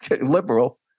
liberal